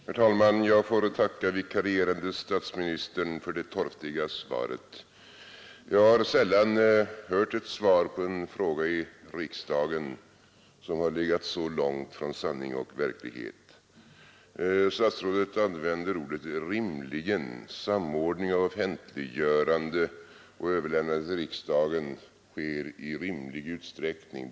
Herr talman! Jag får tacka vikarierande statsministern för det torftiga svaret. Jag har sällan hört ett svar på en fråga i riksdagen som har legat så långt från sanning och verklighet. Statsrådet använder ordet rimligen: samordning av offentliggörande och överlämnande till riksdagen sker i rimlig utsträckning.